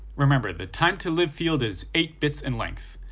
remember, the time to live field is eight bits in length,